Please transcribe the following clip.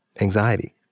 anxiety